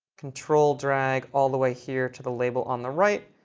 control drag all the way here to the label on the right,